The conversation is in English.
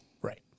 Right